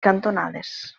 cantonades